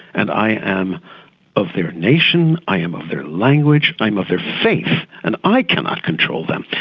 and i am of their nation, i am of their language, i am of their faith, and i cannot control them.